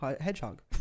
hedgehog